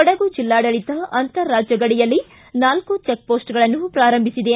ಕೊಡಗು ಜಿಲ್ಲಾಡಳಿತ ಅಂತಾರಾಜ್ಯ ಗಡಿಯಲ್ಲಿ ನಾಲ್ಕು ಚೆಕ್ ಪೋಸ್ಟ್ಗಳನ್ನು ಪ್ರಾರಂಭಿಸಿದೆ